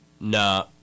Nah